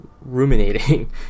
ruminating